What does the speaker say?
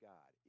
God